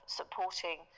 supporting